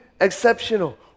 exceptional